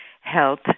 health